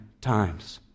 times